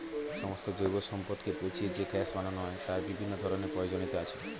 সমস্ত জৈব সম্পদকে পচিয়ে যে গ্যাস বানানো হয় তার বিভিন্ন রকমের প্রয়োজনীয়তা আছে